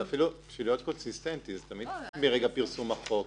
אפילו בשביל להיות קונסיסטנטי זה תמיד מרגע פרסום החוק.